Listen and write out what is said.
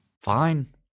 Fine